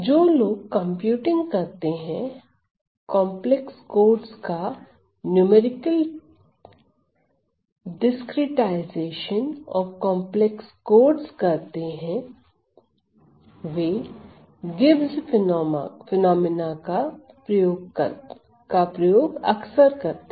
जो लोग कंप्यूटिंग करते हैं कॉम्प्लेक्स कोडस का न्यूमेरिकल डिस्क्रीटाइजेशन करते हैं वे गिब्स फिनोमिना का प्रयोग अक्सर करते हैं